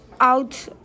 out